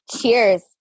Cheers